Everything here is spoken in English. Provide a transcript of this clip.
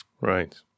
Right